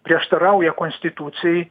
prieštarauja konstitucijai